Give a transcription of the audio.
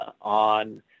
on